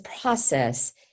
process